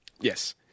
Yes